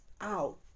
out